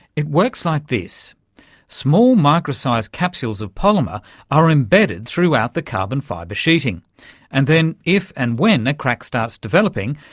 it works like this small micro-sized capsules of polymer are embedded throughout the carbon-fibre sheeting and then if and when a crack starts developing,